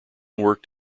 worked